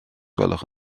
gwelwch